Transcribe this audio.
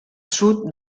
sud